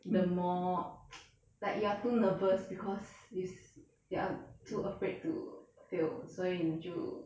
the more like you are too nervous because you s~ you are too afraid to fail 所以你就